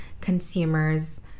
consumers